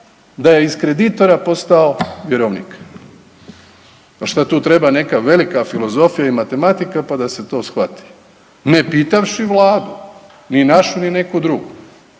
da je iz kreditora postao vjerovnik. Pa šta tu treba neka velika filozofija i matematika, pa da se to shvati ne pitavši Vladu, ni našu, ni neku drugu.